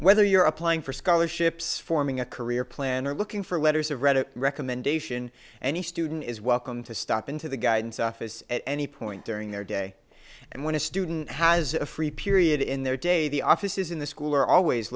whether you're applying for scholarships forming a career planner looking for letters of read a recommendation and a student is welcome to stop into the guidance office at any point during their day and when a student has a free period in their day the offices in the school are always